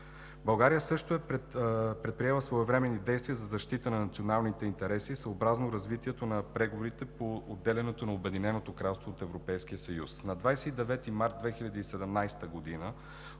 България също е предприела своевременни действия за защита на националните интереси съобразно развитието на преговорите по отделянето на Обединеното кралство от Европейския съюз. На 29 март 2017 г.